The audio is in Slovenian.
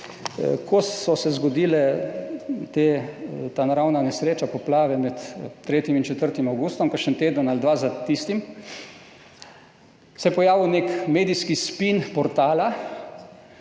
Ko se je zgodila ta naravna nesreča, poplave med 3. in 4. avgustom, kakšen teden ali dva za tistim se je pojavil nek medijski spin portala,